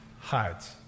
hides